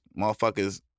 motherfuckers